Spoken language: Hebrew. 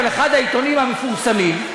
אבל אחד העיתונים המפורסמים,